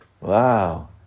wow